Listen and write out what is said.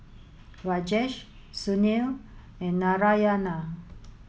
Rajesh Sunil and Narayana